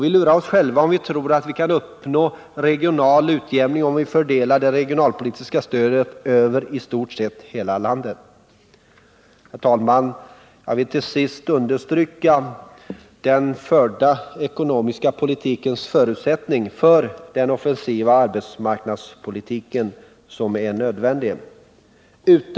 Vi lurar oss själva om vi tror att vi kan uppnå regional utjämning genom att fördela det regionalpolitiska stödet över i stort sett hela landet. Herr talman! Jag vill till sist understryka den förda ekonomiska politikens förutsättning för den offensiva arbetsmarknadspolitik som är en nödvändig het.